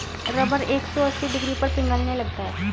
rubber एक सौ अस्सी डिग्री पर पिघलने लगता है